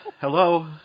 Hello